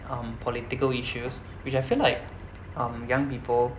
um political issues which I feel like um young people